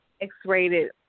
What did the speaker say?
X-rated